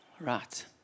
Right